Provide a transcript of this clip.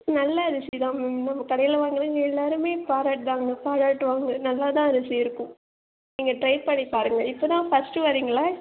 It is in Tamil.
நல்ல அரிசிதான் மேம் கடையில் வாங்குறவங்க எல்லோருமே பாராட்டுறாங்க பாராட்டுவாங்க நல்லாதான் அரிசி இருக்கும் நீங்கள் ட்ரை பண்ணி பாருங்கள் இப்போதான் ஃபஸ்ட்டு வரீங்களா